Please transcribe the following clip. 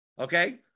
Okay